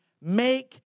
make